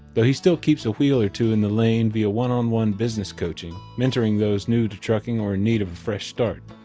though he still keeps a wheel or two in the lane via one-on-one business coaching, mentoring those new to trucking or in need of a fresh start.